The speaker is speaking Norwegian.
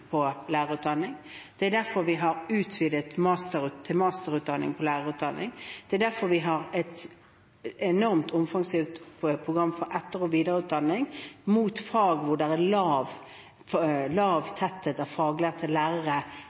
på lærerutdanningen. Det er derfor vi har utvidet til master på lærerutdanningen, det er derfor vi har et enormt omfangsrikt program for etter- og videreutdanning rettet mot fag hvor det er lav tetthet av faglærte lærere